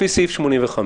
לפי סעיף 85,